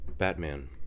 Batman